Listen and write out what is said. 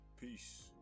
Peace